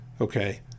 okay